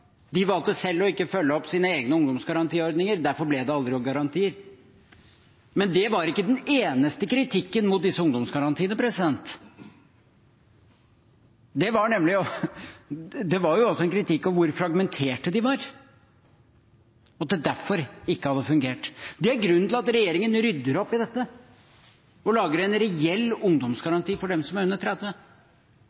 De valgte selv ikke å følge opp sine egne ungdomsgarantiordninger. Derfor ble det aldri noen garantier. Men det var ikke den eneste kritikken mot disse ungdomsgarantiene. Det var også en kritikk om hvor fragmenterte de var, og at de derfor ikke hadde fungert. Det er grunnen til at regjeringen rydder opp i dette, og lager en reell